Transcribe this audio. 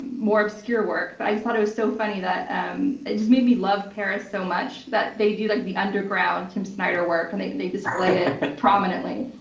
more obscure work. but i just thought it was so funny that. um it just made me love paris so much that they do like the underground tim snyder work and they they display it prominently.